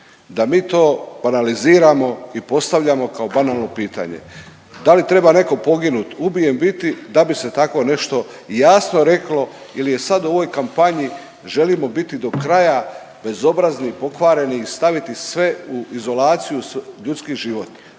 da mi to banaliziramo i postavljamo kao banalno pitanje? Da li treba neko poginut, ubijen biti da bi se tako nešto jasno reklo ili je sad u ovoj kampanji želimo biti do kraja bezobrazni i pokvareni i staviti sve u izolaciju ljudski život?